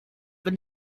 wenn